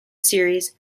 series